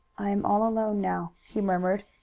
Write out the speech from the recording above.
i am all alone now, he murmured.